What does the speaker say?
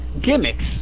gimmicks